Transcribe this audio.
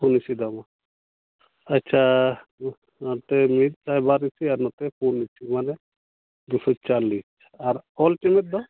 ᱯᱩᱱ ᱤᱥᱤ ᱫᱟᱢᱟ ᱟᱪᱪᱷᱟ ᱱᱚᱛᱮ ᱢᱤᱫ ᱥᱟᱭ ᱵᱟᱨ ᱤᱥᱤ ᱟᱨ ᱱᱚᱛᱮ ᱯᱩᱱ ᱤᱥᱤ ᱢᱟᱱᱮ ᱫᱩᱥᱚ ᱪᱟᱞᱤᱥ ᱟᱨ ᱚᱞ ᱪᱮᱢᱮᱫ ᱫᱚ